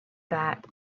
that